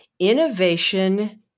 Innovation